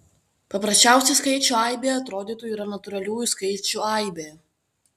paprasčiausia skaičių aibė atrodytų yra natūraliųjų skaičių aibė